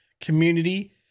community